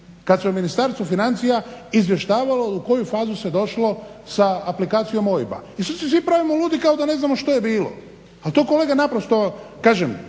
Kada su u Ministarstvu financija izvještavalo u koju fazu se došlo sa aplikacijom OIB-a i sada se svi pravimo ludi kao da ne znamo što je bilo. Pa to kolega naprosto kažem